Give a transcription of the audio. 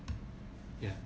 ya